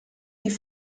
die